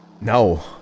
No